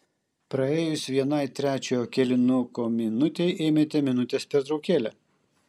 praėjus vienai trečiojo kėlinuko minutei ėmėte minutės pertraukėlę